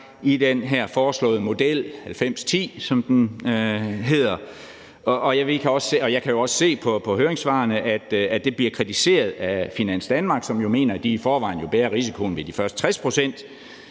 i den her foreslåede model – 90-10, som den hedder – og jeg kan jo også se på høringssvarene, at det bliver kritiseret af Finans Danmark, som jo mener, at de i forvejen bærer risikoen ved de første 60 pct.